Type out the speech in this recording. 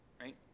right